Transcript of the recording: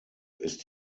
ist